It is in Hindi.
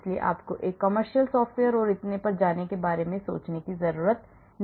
इसलिए आपको एक commercial software और इतने पर जाने के बारे में सोचने की ज़रूरत नहीं है